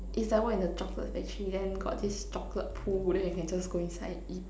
is like work in a chocolate factory then got this chocolate pool then you can just go inside and eat